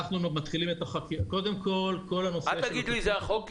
אל תגיד לי שזה החוק,